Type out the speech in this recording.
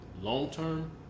Long-term